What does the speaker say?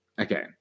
okay